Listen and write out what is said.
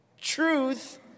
truth